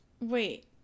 Wait